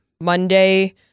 Monday